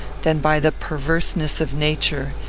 than by the perverseness of nature,